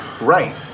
Right